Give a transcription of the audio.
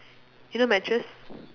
you know mattress